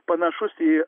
panašus į